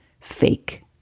fake